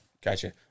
Gotcha